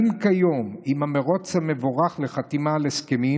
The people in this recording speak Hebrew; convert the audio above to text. עם המרוץ המבורך לחתימה על הסכמים